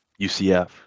UCF